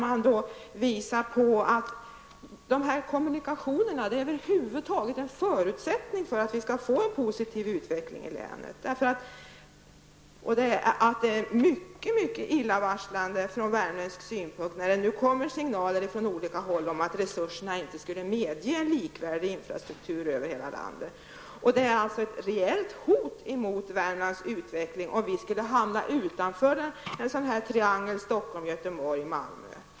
Man visar på att kommunikationerna är en förutsättning för att vi över huvud taget skall få en positiv utveckling i länet. Det är mycket illavarslande från värmländsk synpunkt att det nu kommer signaler från olika håll om att resurserna inte skulle medge en likvärdig infrastruktur över hela landet. Det är ett rejält hot mot Värmlands utveckling om vi skulle hamna utanför triangeln Stockholm--Göteborg--Malmö.